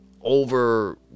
over